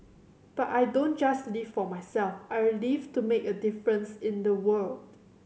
but I don't just live for myself I live to make a difference in the world